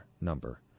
number